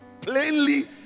plainly